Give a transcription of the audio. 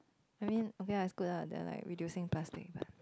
I mean okay lah is good lah they are like reducing plastic lah